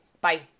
Bye